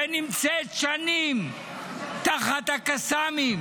שנמצאת שנים תחת הקסאמים,